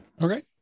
Okay